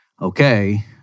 okay